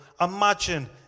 Imagine